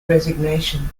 resignation